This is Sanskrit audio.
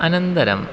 अनन्तरम्